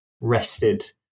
rested